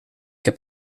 heb